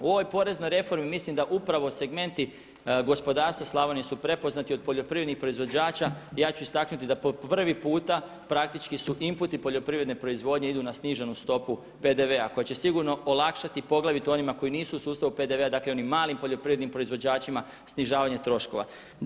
U ovoj poreznoj reformi mislim da upravo segmenti gospodarstva Slavonije su prepoznati od poljoprivrednih proizvođača i ja ću istaknuti da po prvi puta praktički su imputi poljoprivredne proizvodnje idu na sniženu stopu PDV-a koja će sigurno olakšati poglavito onima koji nisu u sustavu PDV-a dakle onim malim poljoprivrednim proizvođačima snižavanje troškova.